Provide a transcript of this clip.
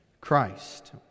Christ